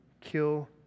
kill